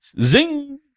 Zing